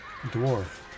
dwarf